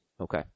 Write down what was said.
Okay